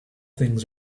things